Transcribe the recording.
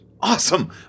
Awesome